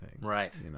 right